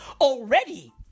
already